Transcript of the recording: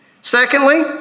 Secondly